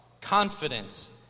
confidence